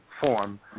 form